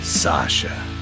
Sasha